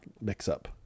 mix-up